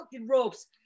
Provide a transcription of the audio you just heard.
ropes